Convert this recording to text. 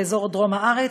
באזור דרום הארץ,